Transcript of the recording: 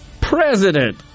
President